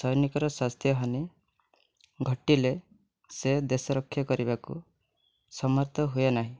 ସୈନିକର ସ୍ୱାସ୍ଥ୍ୟ ହାନି ଘଟିଲେ ସେ ଦେଶ ରକ୍ଷା କରିବାକୁ ସମର୍ଥ ହୁଏନାହିଁ